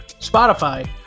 Spotify